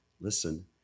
listen